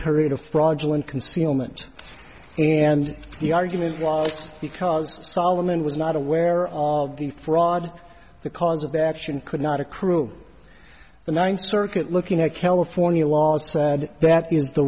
period of fraudulent concealment and the argument was because solomon was not aware all of the fraud the cause of the action could not accrue the ninth circuit looking at california law said that is the